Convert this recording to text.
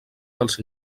dels